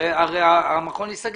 הרי המכון ייסגר.